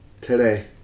today